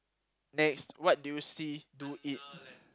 next what do you see do eat